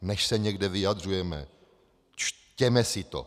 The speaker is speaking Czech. Než se někde vyjadřujeme, čtěme si to.